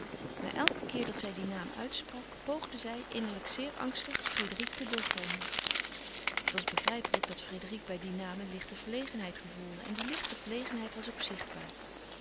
maar elken keer dat zij dien naam uitsprak poogde zij innerlijk zeer angstig frédérique te doorgronden het was begrijpelijk dat frédérique bij dien naam een lichte verlegenheid gevoelde en die lichte verlegenheid was ook zichtbaar